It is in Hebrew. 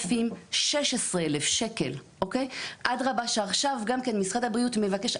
8,000-16,000 ש"ח אדרבא שעכשיו משרד הבריאות מבקש,